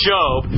Job